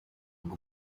ubwo